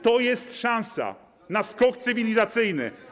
To jest szansa na skok cywilizacyjny.